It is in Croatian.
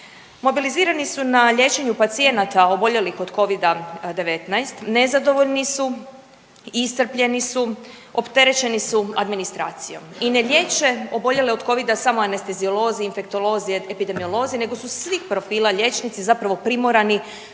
Mobilizirani su na liječenju pacijenata od oboljelih od Covida-19, nezadovoljni su, iscrpljeni su, opterećeni su administracijom i ne liječe oboljele od Covida samo anesteziolozi, infektolozi, epidemiolozi, nego su svih profila liječnici zapravo primorani